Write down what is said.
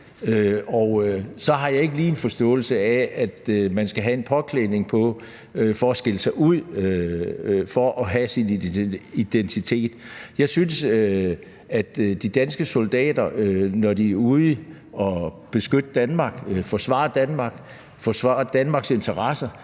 og så har jeg ikke lige en forståelse af, at man skal have en bestemt påklædning på for at skille sig ud, for at have sin identitet. Jeg synes, at de danske soldater, når de er ude at beskytte Danmark, forsvare Danmark, forsvare